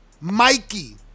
Mikey